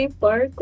Park